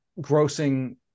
grossing